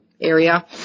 area